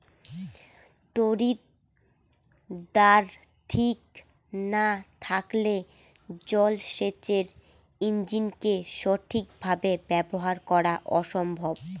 তড়িৎদ্বার ঠিক না থাকলে জল সেচের ইণ্জিনকে সঠিক ভাবে ব্যবহার করা অসম্ভব